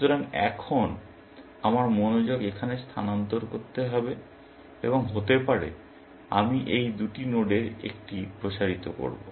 সুতরাং এখন আমার মনোযোগ এখানে স্থানান্তর করতে হবে এবং হতে পারে আমি এই দুটি নোডের একটি প্রসারিত করব